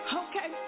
okay